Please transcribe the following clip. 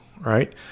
right